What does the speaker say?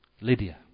Lydia